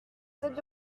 habits